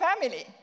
family